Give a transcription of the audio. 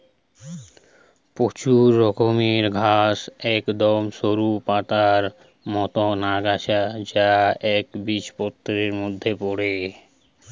প্রচুর রকমের ঘাস একদম সরু পাতার মতন আগাছা যা একবীজপত্রীর মধ্যে পড়ে